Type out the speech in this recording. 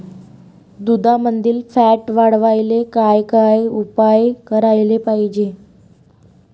दुधामंदील फॅट वाढवायले काय काय उपाय करायले पाहिजे?